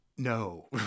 no